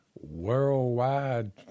worldwide